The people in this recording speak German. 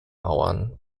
mauern